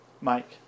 Mike